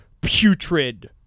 putrid